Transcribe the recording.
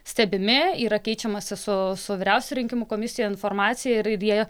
stebimi yra keičiamasi su su vyriausia rinkimų komisija informacija ir ir jie